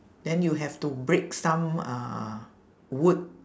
then you have to break some uh wood